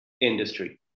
industry